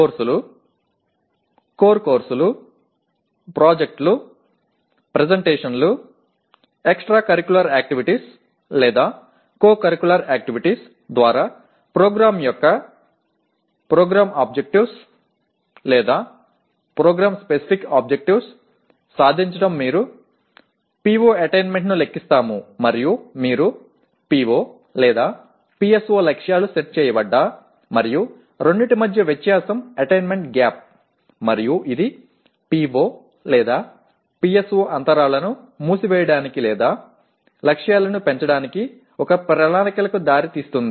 కోర్సులు కోర్ కోర్సులు ప్రాజెక్టులు ప్రెజెంటేషన్లు ఎక్స్ట్రా కరిక్యులర్ యాక్టివిటీస్ లేదా కో కరిక్యులర్ యాక్టివిటీస్ ద్వారా ప్రోగ్రాం యొక్క PO PSO సాధించడం మీరు PO అటైన్మెంట్ను లెక్కిస్తాము మరియు మీరు PO PSO లక్ష్యాలు సెట్ చేయబడ్డాయి మరియు రెండింటి మధ్య వ్యత్యాసం "అటైన్మెంట్ గ్యాప్" మరియు ఇది PO PSO అంతరాలను మూసివేయడానికి లేదా లక్ష్యాలను పెంచడానికి ఒక ప్రణాళికకు దారి తీస్తుంది